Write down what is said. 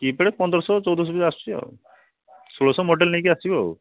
keypad ପନ୍ଦରଶହ ଚଉଦଶହ ଭିତରେ ଆସୁଛି ଆଉ ସୁଳଷ ମଡ଼େଲ ନେଇକି ଆସିବ ଆଉ